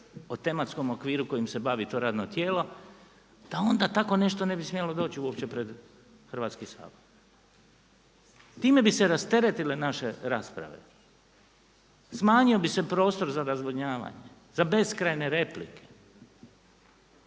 o tematskom okviru kojim se bavi to radno tijelo da onda tako nešto ne bi smjelo doć uopće pred Hrvatski sabor. Time bi se rasteretile naše rasprave, smanjio bi se prostor za razvodnjavanje, za beskrajne replike.